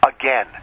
again